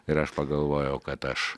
ir aš pagalvojau kad aš